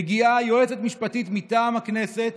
מגיעה יועצת משפטית מטעם הכנסת,